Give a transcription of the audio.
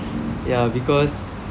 ya because